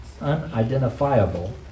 unidentifiable